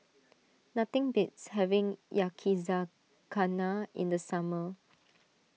nothing beats having Yakizakana in the summer